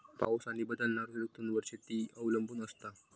पाऊस आणि बदलणारो ऋतूंवर शेती अवलंबून असता